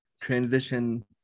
transition